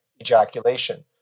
ejaculation